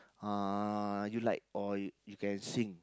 uh you like or you you can sing